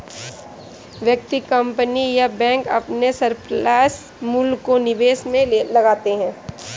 व्यक्ति, कंपनी या बैंक अपने सरप्लस मूल्य को निवेश में लगाते हैं